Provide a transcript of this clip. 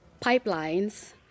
pipelines